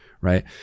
right